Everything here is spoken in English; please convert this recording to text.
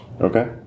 Okay